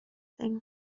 thing